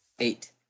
Eight